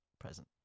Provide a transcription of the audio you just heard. present